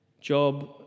job